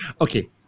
okay